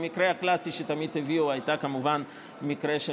המקרה הקלאסי שתמיד הביאו היה כמובן המקרה של